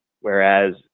Whereas